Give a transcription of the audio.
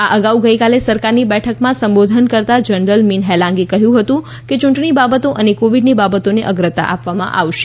આ અગાઉ ગઈકાલે સરકારની બેઠકમાં સંબોધન કરતાં જનરલ મીન હેલાન્ગે કહ્યું હતું કે ચૂંટણી બાબતો અને કોવીડની બાબતોને અગ્રતા આપવામાં આવશે